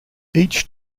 each